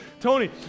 Tony